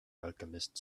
alchemist